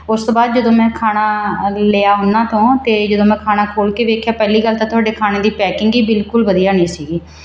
ਉਸ ਤੋਂ ਬਾਅਦ ਜਦੋਂ ਮੈਂ ਖਾਣਾ ਲਿਆ ਉਹਨਾਂ ਤੋਂ ਅਤੇ ਜਦੋਂ ਮੈਂ ਖਾਣਾ ਖੋਲ੍ਹ ਕੇ ਵੇਖਿਆ ਪਹਿਲੀ ਗੱਲ ਤਾਂ ਤੁਹਾਡੇ ਖਾਣੇ ਦੀ ਪੈਕਿੰਗ ਹੀ ਬਿਲਕੁਲ ਵਧੀਆ ਨਹੀਂ ਸੀਗੀ